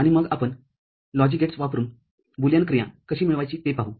आणि मग आपण लॉजिक गेट्स वापरुन बुलियन क्रिया कशी मिळवायची ते पाहू